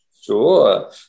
Sure